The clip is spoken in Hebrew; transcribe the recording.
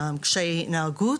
קשיי התנהגות,